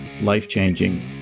life-changing